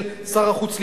של שר החוץ ליברמן: